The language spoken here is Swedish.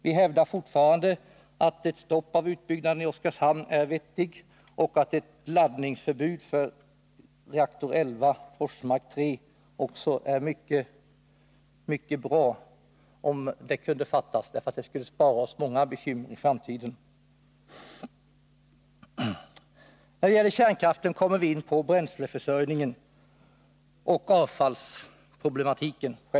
Vi hävdar fortfarande att ett stopp i utbyggnaden i Oskarshamn är vettig och att det vore mycket bra om beslut om ett laddningsförbud för reaktor 11, Forsmark 3, kunde fattas. Det skulle bespara oss många bekymmer i framtiden. När det gäller kärnkraften kommer vi in på bränsleförsörjningen och avfallsproblematiken.